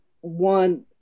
one